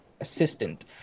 assistant